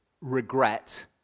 regret